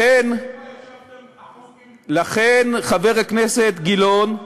לכן ישבתם אחוקים, לכן, חבר הכנסת גילאון,